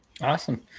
Awesome